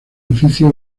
edificio